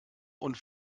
und